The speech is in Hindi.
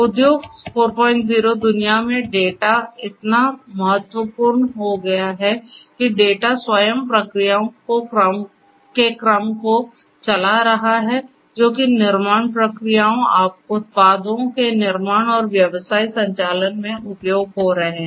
उद्योग 40 दुनिया में डेटा इतना महत्वपूर्ण हो गया है कि डेटा स्वयं क्रियाओं के क्रम को चला रहा है जो कि निर्माण प्रक्रियाओं उत्पादों के निर्माण और व्यवसाय संचालन में उपयोग हो रहे हैं